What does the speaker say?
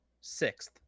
sixth